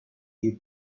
you